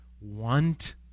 want